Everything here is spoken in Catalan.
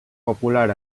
popular